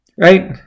Right